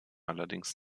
allerdings